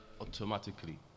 automatically